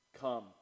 come